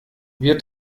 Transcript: wir